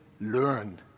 learn